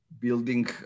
building